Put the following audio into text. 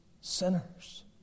sinners